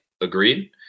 Agreed